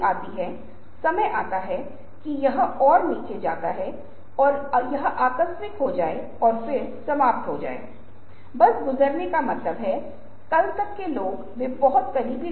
तो आप एक शहर को विशेष रूप से प्रस्तुत करते हुए देखते हैं और आपको लगता है कि शहर बहुत सुन्दर है लेकिन जब आप उस शहर में जाते हैं तो आप पाते हैं कि यह मीडिया स्क्रीन के माध्यम से चित्रित किया गया है उससे बहुत अलग है